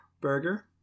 burger